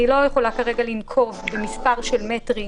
אני לא יכולה לנקוב במספר של מטרים,